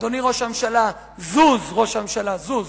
אדוני ראש הממשלה, זוז, ראש הממשלה, זוז.